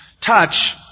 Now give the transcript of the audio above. touch